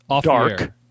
dark